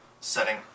setting